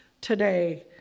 today